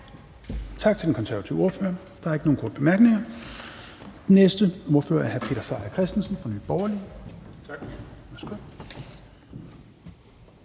Tak til den konservative ordfører. Der er ikke nogen korte bemærkninger. Den næste ordfører er hr. Peter Seier Christensen fra Nye Borgerlige.